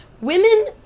Women